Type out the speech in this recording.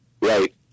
right